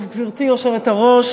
גברתי היושבת-ראש,